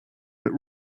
but